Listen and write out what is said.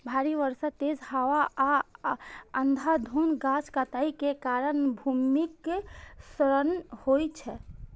भारी बर्षा, तेज हवा आ अंधाधुंध गाछ काटै के कारण भूमिक क्षरण होइ छै